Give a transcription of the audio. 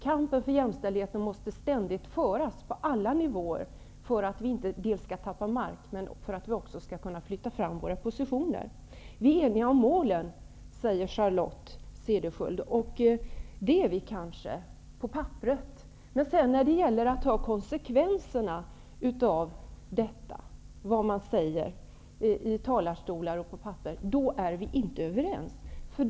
Kampen för jämställdheten måste ständigt föras, på alla nivåer för att vi inte skall tappa mark och för att vi skall kunna flytta fram våra positioner. Vi är eniga om målen, säger Charlotte Cederschiöld, och det är vi kanske på papperet. Men när det gäller att ta konsekvenserna av vad man säger i talarstolar och uttrycker på papper är vi inte överens.